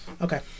okay